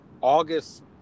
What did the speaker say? August